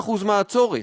45% מהצורך.